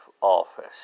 office